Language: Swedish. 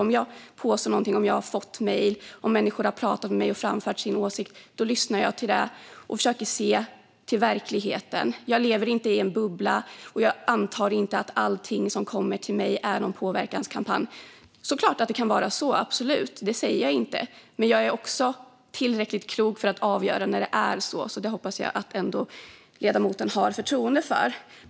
Om jag har fått mejl och människor har pratat med mig och framfört sin åsikt lyssnar jag till det och försöker se till verkligheten. Jag lever inte i en bubbla, och jag antar inte att allting som kommer till mig är någon påverkanskampanj. Det kan såklart vara så, absolut. Jag säger inte att det inte är så. Men jag är också tillräckligt klok för att avgöra när det är så. Det hoppas jag ändå att ledamoten har förtroende för.